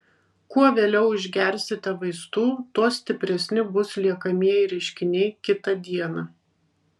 kuo vėliau išgersite vaistų tuo stipresni bus liekamieji reiškiniai kitą dieną